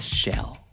shell